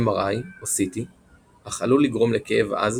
MRI או CT אך עלול לגרום לכאב עז